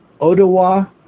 Odawa